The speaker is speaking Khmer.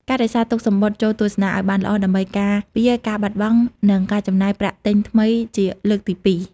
ការរក្សាទុកសំបុត្រចូលទស្សនាឱ្យបានល្អ ដើម្បីការពារការបាត់បង់ និងការចំណាយប្រាក់ទិញថ្មីជាលើកទីពីរ។